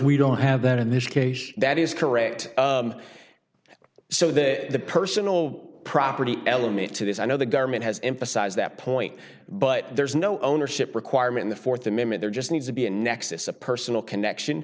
we don't have that in this case that is correct so the personal property element to this i know the government has emphasized that point but there's no ownership requirement in the th amendment there just needs to be a nexus a personal connection